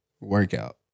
Workout